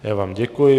Já vám děkuji.